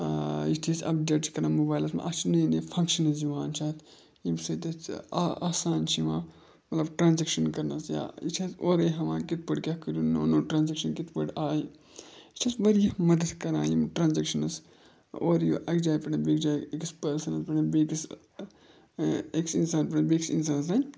یُتھٕے أسۍ اَپڈیٹ چھِ کَران موبایلَس منٛز اَتھ چھِ نٔے نٔے فَنٛگشَنٕز یِوان چھِ اَتھ ییٚمہِ سۭتۍ اَسہِ آ آسان چھِ یِوان مطلب ٹرٛانزیکشَن کَرنَس یا یہِ چھِ اَسہِ اورَے ہَوان کِتھ پٲٹھۍ کیٛاہ کٔرِو نوٚو نوٚو ٹرٛانزیکشَن کِتھ پٲٹھۍ آیہِ یہِ چھِ اَسہِ واریاہ مَدَت کَران یِم ٹرٛانزیکشَنٕز اورٕ یو اَکہِ جایہِ پٮ۪ٹھ بیٚکِس جایہِ أکِس پٔرسَنَس پٮ۪ٹھ بیٚکِس أکِس اِنسان پٮ۪ٹھ بیٚکِس اِنسانَس تام